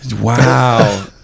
wow